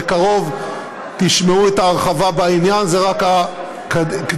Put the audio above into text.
בקרוב תשמעו את ההרחבה בעניין, זה רק הקדימון.